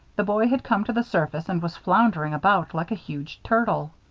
the boy had come to the surface and was floundering about like a huge turtle.